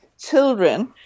children